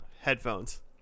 headphones